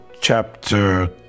chapter